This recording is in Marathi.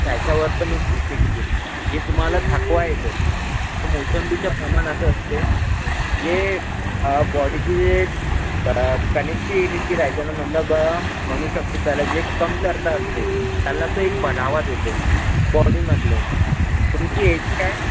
त्याच्यावर पण हे इफेक्ट देतो जे तुम्हाला थकवा येतो मोसंबीच्या प्रमाण असं असते जे बॉडीचे जे कनेक्टिव्हिटी राहते ना मतलब म्हणू शकतो त्याला जे कमतरता असते त्याला ते एक बढावा देते बॉडीमधले तुमची एज काय